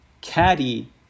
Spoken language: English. Caddy